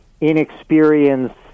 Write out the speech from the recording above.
inexperienced